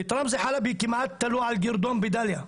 את רמזי חלבי כמעט תלו על גרדום בדאליה,